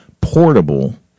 portable